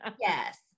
Yes